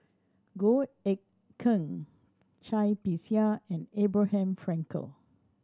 Goh Eck Kheng Cai Bixia and Abraham Frankel